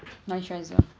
moisturiser